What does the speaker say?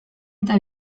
eta